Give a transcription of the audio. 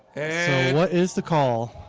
and what is the call